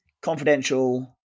confidential